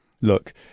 look